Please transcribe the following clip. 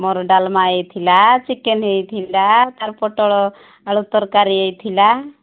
ମୋର ଡାଲମା ହେଇଥିଲା ଚିକେନ ହେଇଥିଲା ପୋଟଳ ଆଳୁ ତରକାରୀ ହେଇଥିଲା